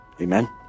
Amen